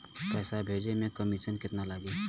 पैसा भेजे में कमिशन केतना लागि?